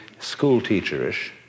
schoolteacherish